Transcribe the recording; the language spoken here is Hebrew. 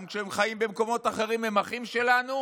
גם כשהם חיים במקומות אחרים הם אחים שלנו,